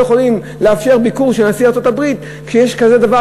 יכולים לאפשר ביקור של נשיא ארצות-הברית כשיש כזה דבר,